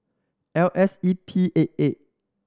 L S E P eight eight